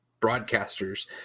broadcasters